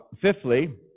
Fifthly